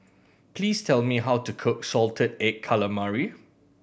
please tell me how to cook salted egg calamari